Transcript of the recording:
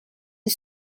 een